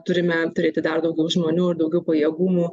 turime turėti dar daugiau žmoniųir daugiau pajėgumų